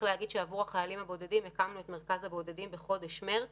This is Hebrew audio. עבור החיילים הבודדים הקמנו את מרכז הבודדים בחודש מרץ